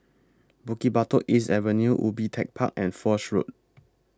Bukit Batok East Avenue Ubi Tech Park and Foch Road